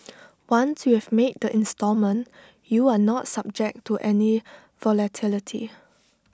once you have made the instalment you are not subject to any volatility